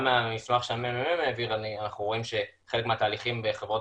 גם מהמסמך שהממ"מ העביר אנחנו רואים שחלק מהתהליכים בחברות